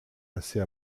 assez